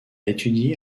étudié